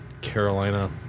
Carolina